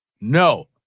No